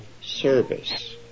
service